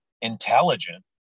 intelligent